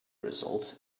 results